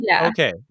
okay